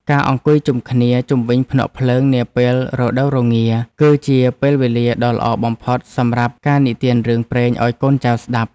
ការអង្គុយជុំគ្នាជុំវិញភ្នក់ភ្លើងនាពេលរដូវរងារ គឺជាពេលវេលាដ៏ល្អបំផុតសម្រាប់ការនិទានរឿងព្រេងឱ្យកូនចៅស្ដាប់។